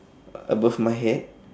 uh above my head